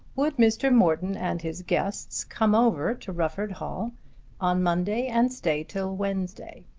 would mr. morton and his guests come over to rufford hall on monday and stay till wednesday?